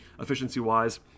efficiency-wise